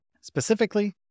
Specifically